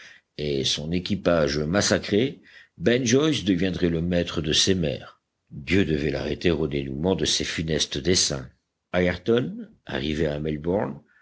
et son équipage massacré ben joyce deviendrait le maître de ces mers dieu devait l'arrêter au dénouement de ses funestes desseins ayrton arrivé à melbourne